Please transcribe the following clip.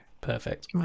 Perfect